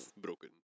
broken